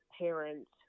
parents